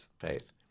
faith